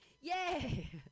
Yay